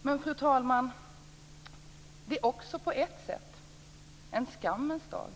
Men, fru talman, det är också på ett sätt en skammens dag.